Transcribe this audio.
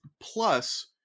plus